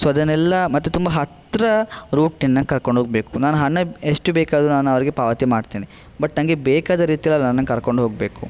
so ಅದನ್ನೆಲ್ಲ ಮತ್ತು ತುಂಬ ಹತ್ತಿರ ರೂಟ್ನಿಂದ ಕರ್ಕೊಂಡೋಗ್ಬೇಕು ನಾನು ಹಣ ಎಷ್ಟು ಬೇಕಾದರೂ ನಾನು ಅವರಿಗೆ ಪಾವತಿ ಮಾಡ್ತೇನೆ ಬಟ್ ನಂಗೆ ಬೇಕಾದ ರೀತಿಯಲ್ಲಿ ನನ್ನನ್ನು ಕರ್ಕೊಂಡೋಗ್ಬೇಕು